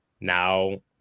now